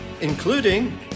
including